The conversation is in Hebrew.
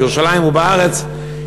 בירושלים ובארץ,